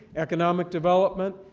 economic development,